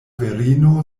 virino